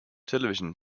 television